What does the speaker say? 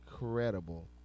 incredible